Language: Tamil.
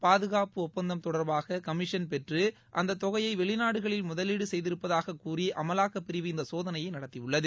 பாதுகாப்பு ஒப்பந்தம் தொடர்பாக கமிஷன் பெற்று அந்த தொகையை வெளிநாடுகளில் முதலீடு செய்திருப்பதாகக் கூறி அமலாக்கப் பிரிவு இந்த சோதனையை நடத்தியுள்ளது